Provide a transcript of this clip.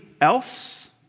else